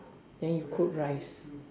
then you cook rice